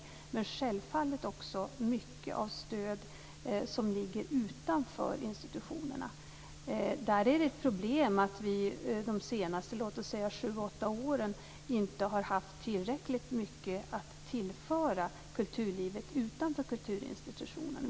Självfallet gäller det också mycket av stöd som ligger utanför institutionerna. Det är ett problem att vi inte under de senaste sju åtta åren inte har haft tillräckligt mycket att tillföra kulturlivet utanför kulturinstitutionerna.